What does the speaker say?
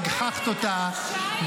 הגחכת אותה,